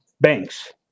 Banks